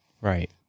Right